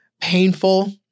painful